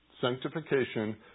sanctification